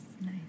nice